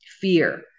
fear